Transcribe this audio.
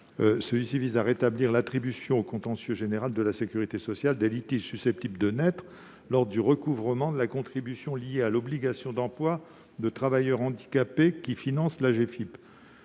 cet article rétablit l'attribution au contentieux général de la sécurité sociale des litiges susceptibles de naître lors du recouvrement de la contribution liée à l'obligation d'emploi de travailleurs handicapés, qui finance